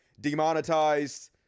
demonetized